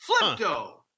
Flipto